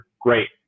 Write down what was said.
great